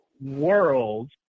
world